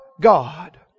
God